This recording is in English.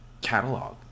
catalog